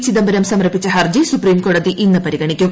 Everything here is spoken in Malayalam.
ചീദ്ബ്രം സമർപ്പിച്ച ഹർജി സുപ്രീംകോടതി ഇന്ന് പരിഗണ്ടുക്കും